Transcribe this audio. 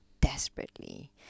desperately